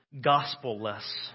gospel-less